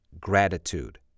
gratitude